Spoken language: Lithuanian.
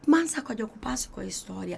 man sako tegu pasakoja istoriją